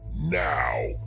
Now